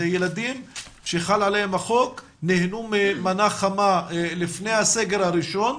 ילדים שחל עליהם החוק ונהנו ממנה חמה לפני הסגר הראשון,